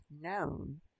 Known